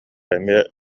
эмиэ